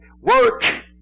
work